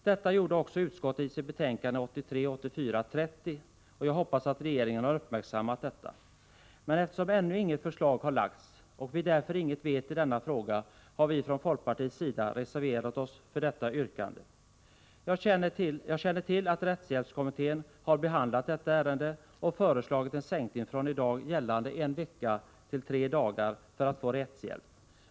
Detsamma gjorde utskottet i sitt betänkande 1983/84:30, och jag hoppas att regeringen har uppmärksammat det. Men eftersom ännu inget förslag har framlagts och vi därför inget vet i denna fråga, har vi från folkpartiets sida reserverat oss för motionens yrkande 3. Jag känner till att rättshjälpskommittén har behandlat detta ärende och föreslagit en sänkning av gränsen för möjlighet till erhållande av rättshjälp från, som i dag, en veckas förvarstagande, till tre dagars förvarstagande.